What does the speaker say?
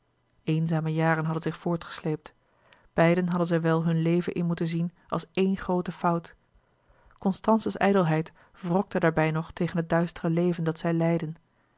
eenzame jaren hadden zich voortgesleept beiden hadden zij wel hun leven in moeten zien als éen groote fout constance's ijdelheid wrokte daarbij nog tegen het duistere leven dat zij leidden